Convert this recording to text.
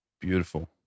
Beautiful